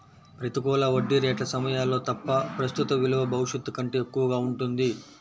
ప్రతికూల వడ్డీ రేట్ల సమయాల్లో తప్ప, ప్రస్తుత విలువ భవిష్యత్తు కంటే ఎక్కువగా ఉంటుంది